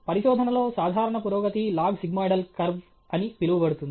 పరిశోధనలో సాధారణ పురోగతి లాగ్ సిగ్మోయిడల్ కర్వ్ అని పిలువబడుతుంది